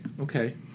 Okay